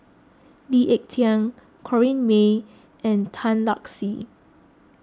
Lee Ek Tieng Corrinne May and Tan Lark Sye